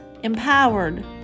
Empowered